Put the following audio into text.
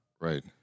Right